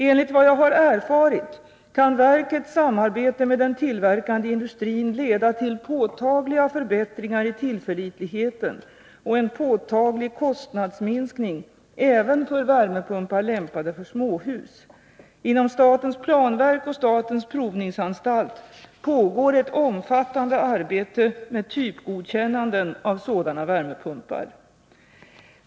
Enligt vad jag har erfarit kan verkets samarbete med den tillverkande industrin leda till påtagliga förbättringar i tillförlitligheten och en påtaglig kostnadsminskning även för värmepumpar lämpade för småhus. Inom statens planverk och statens provningsanstalt pågår ett omfattande arbete med typgodkännanden av sådana värmepumpar.